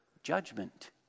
judgment